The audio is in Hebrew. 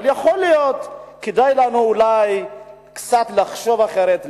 אבל יכול להיות שכדאי לנו אולי לחשוב קצת אחרת,